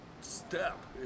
step